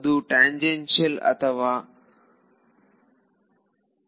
ಅದು ಟ್ಯಾನ್ಜೆನ್ಷಿಯಲ್ಯೆ ಅಥವಾ ಪ್ಯೂರ್ಲೀ ನಾರ್ಮಲ್